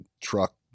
truck